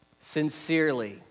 Sincerely